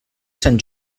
sant